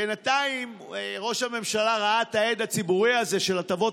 בינתיים ראש הממשלה ראה את ההד הציבורי הזה של הטבות